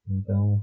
Então